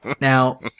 Now